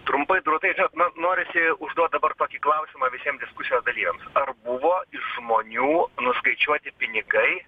trumpai drūtai man norisi užduot dabar tokį klausimą visiem diskusijos dalyviams ar buvo iš žmonių nuskaičiuoti pinigai